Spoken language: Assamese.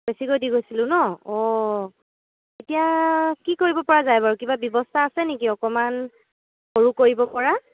বেছিকৈ দি গৈছিলোঁ ন অ' এতিয়া কি কৰিব পৰা যায় বাৰু কিবা ব্যৱস্থা আছে নেকি অকণমান সৰু কৰিব পৰা